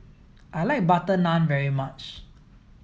I like butter naan very much